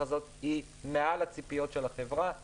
הזאת היא מעל לציפיות של החברה -- גונן,